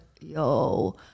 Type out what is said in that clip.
yo